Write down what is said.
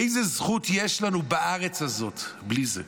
איזו זכות יש לנו בארץ הזאת בלי זה?